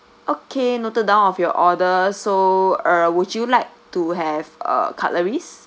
okay noted down of your order so uh would you like to have uh cutleries